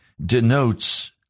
denotes